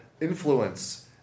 influence